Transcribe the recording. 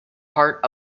part